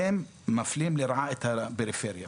הם מפלים לרעה את הפריפריה.